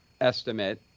estimate